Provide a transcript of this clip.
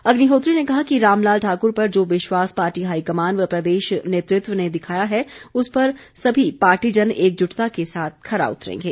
अग्निहोत्री ने कहा कि रामलाल ठाकुर पर जो विश्वास पार्टी हाईकमान व प्रदेश नेतृत्व ने दिखाया है उस पर सभी पार्टीजन एकजुटता के साथ खरा उतरेंगे